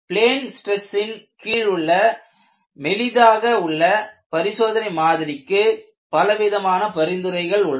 plane ஸ்டிரஸின் கீழுள்ள மெலிதாக உள்ள பரிசோதனை மாதிரிக்கு பலவிதமான பரிந்துரைகள் உள்ளன